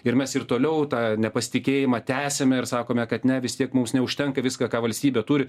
ir mes ir toliau tą nepasitikėjimą tęsiame ir sakome kad ne vis tiek mums neužtenka viską ką valstybė turi